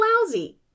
lousy